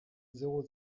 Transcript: zéro